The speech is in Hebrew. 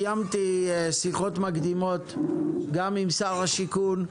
קיימתי שיחות מקדימות גם עם שר השיכון,